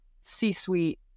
C-suite